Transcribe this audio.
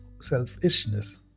selfishness